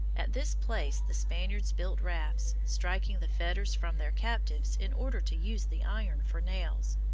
at this place the spaniards built rafts, striking the fetters from their captives in order to use the iron for nails,